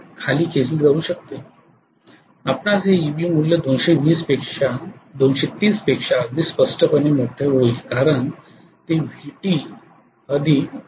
आपणास हे Eb मूल्य 230 पेक्षा अगदी स्पष्टपणे मोठे होईल कारण ते VtIaRe आहे